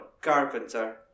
Carpenter